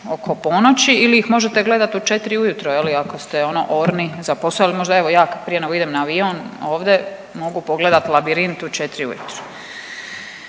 oko ponoći ili ih možete gledati od 4 u jutro ako ste ono orni za posao ili možda evo ja prije nego idem na avion ovde mogu pogledat Labirint u 4 u jutro.